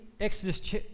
Exodus